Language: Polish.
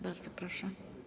Bardzo proszę.